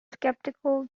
skeptical